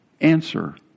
answer